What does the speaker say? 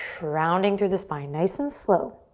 rounding through the spine nice and slow.